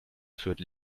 fürth